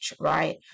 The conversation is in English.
right